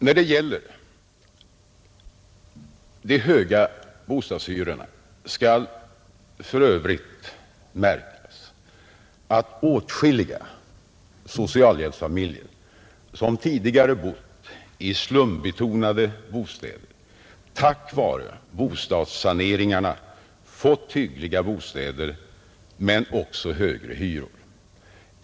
När det gäller de höga bostadshyrorna skall för övrigt märkas att åtskilliga socialhjälpsfamiljer som tidigare bott i stumbetonade bostäder tack vare bostadssaneringarna fått hyggliga bostäder men också högre hyror.